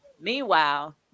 Meanwhile